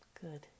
Good